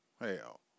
Hell